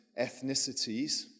ethnicities